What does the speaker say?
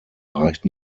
reicht